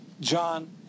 John